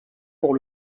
pour